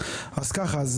אז ככה,